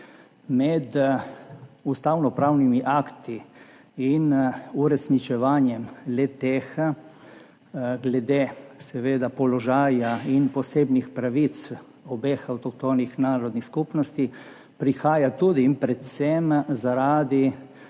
med ustavnopravnimi akti in uresničevanjem le-teh glede položaja in posebnih pravic obeh avtohtonih narodnih skupnosti prihaja tudi in predvsem zaradi